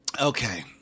Okay